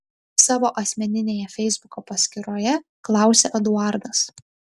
savo asmeninėje feisbuko paskyroje klausia eduardas